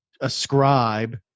ascribe